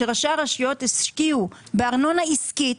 ראשי הרשויות השקיעו בארנונה עסקית,